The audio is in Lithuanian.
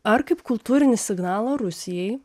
ar kaip kultūrinį signalą rusijai